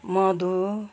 मधु